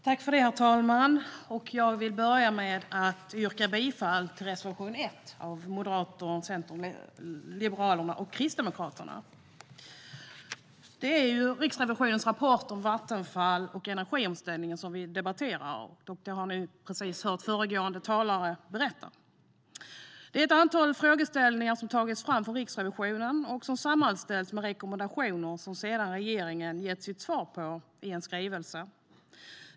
Herr talman! Jag vill börja med att yrka bifall till reservation 1 från Moderaterna, Centern, Liberalerna och Kristdemokraterna. Vi debatterar Riksrevisionens rapport om Vattenfall och energiomställningen. Det har ni precis hört föregående talare berätta om. Det är ett antal frågeställningar som har tagits fram från Riksrevisionen, som har sammanställts med rekommendationer och som regeringen sedan har gett sitt svar på i en skrivelse.